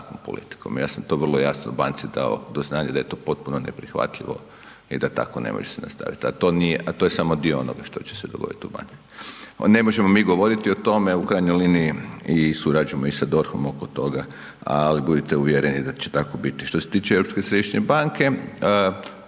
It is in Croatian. ja sam to vrlo jasno banci dao do znanja da je to potpuno neprihvatljivo i da tako ne može se nastavit, a to nije, a to je samo dio onoga što će se dogoditi u banci. Ne možemo mi govoriti o tome, u krajnjoj liniji i surađujemo i sa DORH-om oko toga, ali budite uvjereni da će tako biti. Što se tiče Europske središnje banke,